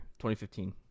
2015